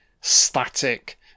static